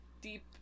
deep